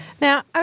Now